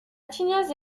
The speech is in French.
tignasse